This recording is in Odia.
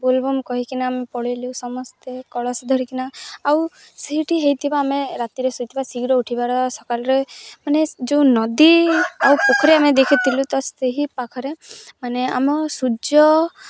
ବୋଲବୋମ କହିକିନା ଆମେ ପଳେଇଲୁ ସମସ୍ତେ କଳସ ଧରିକିନା ଆଉ ସେଇଠି ହୋଇଥିବା ଆମେ ରାତିରେ ଶୋଇଥିବା ଶୀଘ୍ର ଉଠିବାର ସକାଳରେ ମାନେ ଜେଣ ନଦୀ ଆଉ ପୋଖରୀ ଆମେ ଦେଖିଥିଲୁ ତ ସେହି ପାଖରେ ମାନେ ଆମ ସୂର୍ଯ୍ୟ